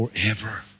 forever